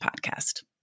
podcast